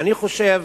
אני חושב